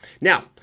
Now